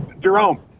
Jerome